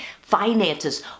finances